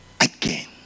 again